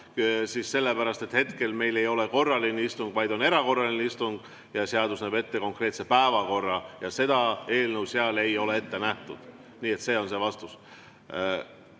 Sellepärast, et hetkel meil ei ole korraline istung, vaid on erakorraline istung. Seadus näeb ette konkreetse päevakorra ja seda eelnõu seal ei ole ette nähtud. Nii et selline on see vastus. Kalle